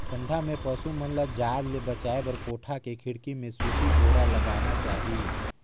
ठंडा में पसु मन ल जाड़ ले बचाये बर कोठा के खिड़की में सूती बोरा लगाना चाही